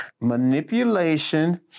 manipulation